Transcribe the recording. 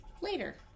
later